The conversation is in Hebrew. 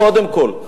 קודם כול.